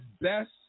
best